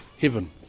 heaven